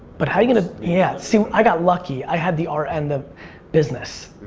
but how you gonna, yeah, see i got lucky, i had the art and the business.